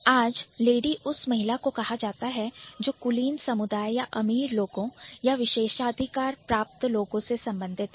आज लेडी उस महिला को कहा जाता है जो कुलीन समुदाय या अमीर लोगों या विशेषाधिकार प्राप्त लोगों से संबंधित है